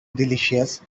delicious